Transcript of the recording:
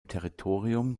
territorium